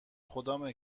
خدامه